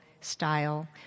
style